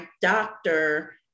doctor